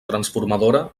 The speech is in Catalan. transformadora